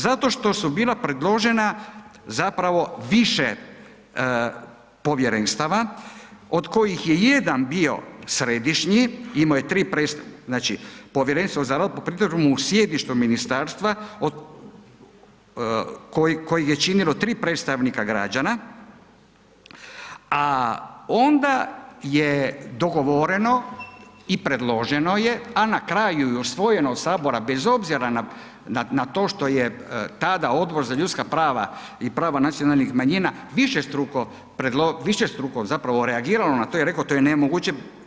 Zato što su bila predložena zapravo više povjerenstava, od kojih je jedan bio središnji imao je 3, znači povjerenstvo za …/nerazumljivo/… po pritužbama u sjedištu ministarstva koji je činilo 3 predstavnika građana, a onda je dogovoreno i predloženo je, a na kraju i usvojeno od sabora bez obzira na to što je tada Odbor za ljudska prava i prava nacionalnih manjina višestruko, višestruko zapravo reagiralo na to i reklo to je nemoguće.